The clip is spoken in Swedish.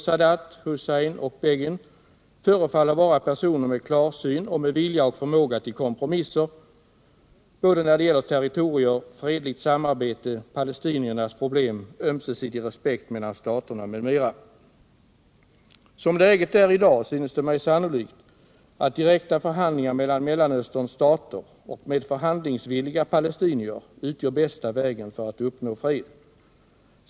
Sadat, Hussein och Begin förefaller samtliga att vara personer med klarsyn och med vilja och förmåga till kompromisser när det gäller såväl territorier som fredligt samarbete, palestiniernas problem, ömsesidig respekt mellan staterna m.m. Som läget är i dag synes det mig sannolikt att direkta förhandlingar mellan Mellanösterns stater och förhandlingsvilliga palestinier utgör bästa vägen för att uppnå fred.